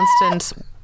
constant